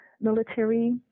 military